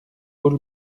paul